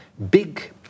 Big